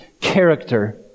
character